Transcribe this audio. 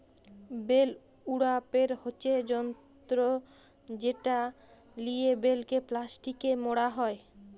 bell উড়াপের হচ্যে যন্ত্র যেটা লিয়ে বেলকে প্লাস্টিকে মড়া হ্যয়